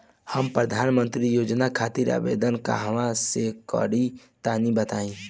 हम प्रधनमंत्री योजना खातिर आवेदन कहवा से करि तनि बताईं?